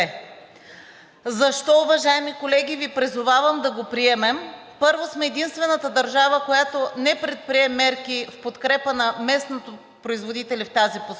Защо, уважаеми колеги, Ви призовавам да го приемем? Първо, сме единствената държава, която не предприе мерки в подкрепа на местните производители в тази посока.